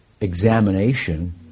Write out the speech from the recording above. examination